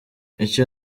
icyo